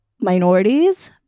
minorities